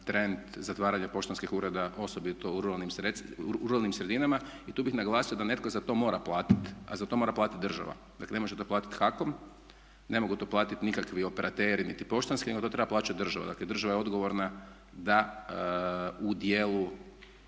trend zatvaranja poštanskih ureda osobito u ruralnim sredinama. I tu bih naglasio da netko za to mora platiti, a za to mora platiti država. Dakle ne može to platiti HAKOM, ne mogu to platiti nikakvi operateri niti poštanski nego to treba plaćati država. Dakle država je odgovorna da u djelu